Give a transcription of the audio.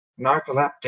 narcoleptic